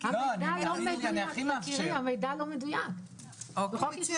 אבל זה לא העניין המרכזי --- קפץ לי